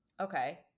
Okay